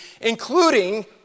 including